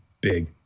big